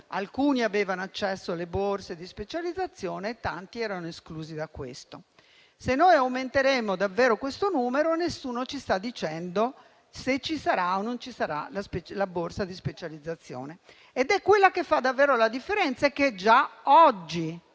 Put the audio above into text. alcuni avevano accesso alle borse di specializzazione, mentre tanti ne erano esclusi. Se noi aumenteremo davvero questo numero, nessuno ci sta dicendo se ci sarà o meno la borsa di specializzazione ed è quello il problema che fa davvero la differenza e che già oggi,